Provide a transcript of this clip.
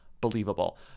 Believable